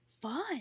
fun